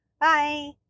bye